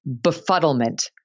befuddlement